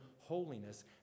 holiness